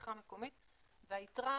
לצריכה מקומית והיתרה,